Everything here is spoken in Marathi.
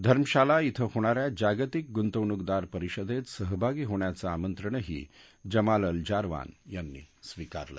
धर्मशाला धिं होणा या जागतिक गुंतणूकदार परिषदेत सहभागी होण्याचं आमंत्रणही जमाल अल जारवान यांनी स्वीकारलं